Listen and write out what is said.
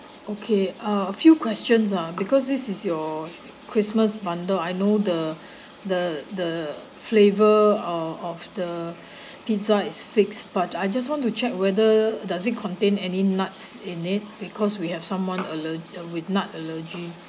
okay uh a few questions ah because this is your christmas bundle I know the the the flavour uh of the pizza is fixed but I just want to check whether does it contain any nuts in it because we have someone ale~ uh with nut allergy